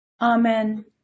Amen